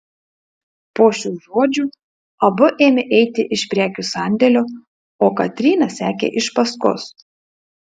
po šių žodžių abu ėmė eiti iš prekių sandėlio o katryna sekė iš paskos